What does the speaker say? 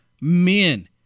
Men